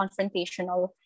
confrontational